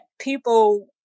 people